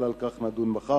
אבל על כך נדון מחר.